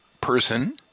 person